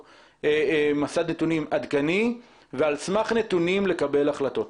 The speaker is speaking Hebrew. מסד נתונים עדכני ועל סמך נתונים לקבל החלטות.